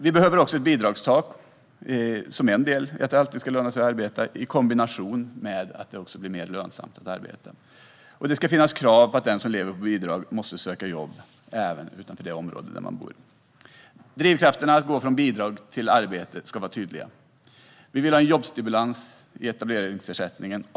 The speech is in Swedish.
Vi behöver ett bidragstak som en del i att det alltid ska löna sig att arbeta, i kombination med att det också blir mer lönsamt att arbeta. Det ska finnas krav på att den som lever på bidrag måste söka jobb även utanför området där man bor. Drivkrafterna att gå från bidrag till arbete ska vara tydliga. Vi vill ha en jobbstimulans i etableringsersättningen.